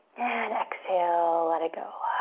and exhale, let it go.